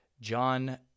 John